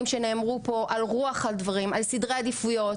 שנאמרו פה על רוח הדברים על סדרי העדיפויות.